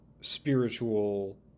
spiritual